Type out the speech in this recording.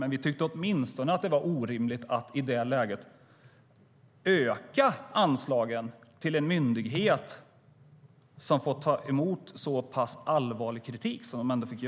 Men vi tyckte åtminstone att det var orimligt att i det läget öka anslagen till en myndighet som har fått ta emot så pass allvarlig kritik.